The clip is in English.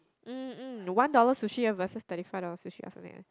mm mm one dollar sushi versus twenty five dollar sushi something or like that